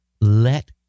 Let